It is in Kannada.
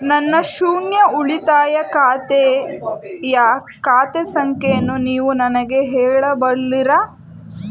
ನನ್ನ ಶೂನ್ಯ ಉಳಿತಾಯ ಖಾತೆಯ ಖಾತೆ ಸಂಖ್ಯೆಯನ್ನು ನೀವು ನನಗೆ ಹೇಳಬಲ್ಲಿರಾ?